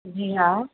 जी हा